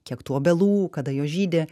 kiek tų obelų kada jos žydi